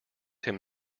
him